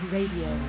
Radio